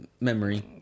memory